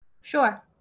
Sure